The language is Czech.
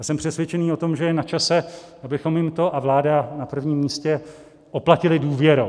Jsem přesvědčený o tom, že je načase, abychom jim to a vláda na prvním místě oplatili důvěrou.